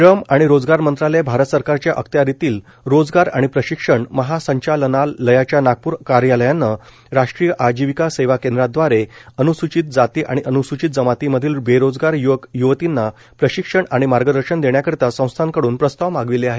श्रम आणि रोजगार मंत्रालय भारत सरकारच्या अखत्यारितील रोजगार आणि प्रशिक्षण महासंचालनालयाच्या नागपूर येथील कार्यालयाने राष्ट्रीय आजीविका सेवा केंद्रादवारे अनुसूचित जाती आणि अनुसुचित जमातीमधील बेरोजगार यवक यवतींना प्रशिक्षण आणि मार्गदर्शन देण्याकरिता संस्थाकडुन प्रस्ताव मागविले आहेत